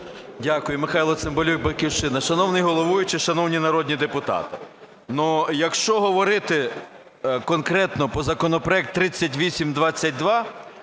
Дякую. Михайло Цимбалюк, "Батьківщина". Шановний головуючий, шановні народні депутати. Ну якщо говорити конкретно по законопроекту 3822,